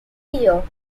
year